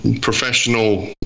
professional